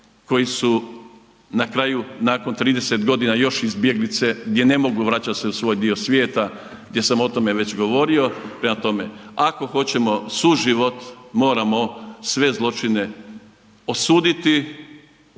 koji su na kraju nakon 30 godina još izbjeglice, gdje ne mogu vraćat se u svoj dio svijeta, gdje sam o tome već govorio. Prema tome, ako hoćemo suživot moramo sve zločine osuditi